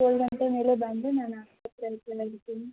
ಏಳು ಗಂಟೆ ಮೇಲೆ ಬಂದರೆ ನಾನು ಆಸ್ಪತ್ರೆಯಲ್ಲಿ ಕೆಳಗೆ ಇರ್ತೀನಿ